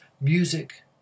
music